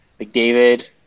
McDavid